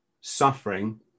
suffering